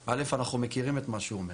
אנחנו מכירים את מה שהוא אומר,